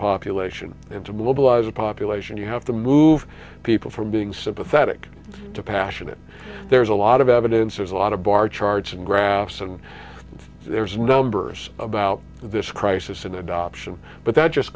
population and to mobilize a population you have to move people from being sympathetic to passionate there's a lot of evidence there's a lot of bar charts and graphs and there's numbers about this crisis in adoption but that just